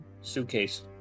suitcase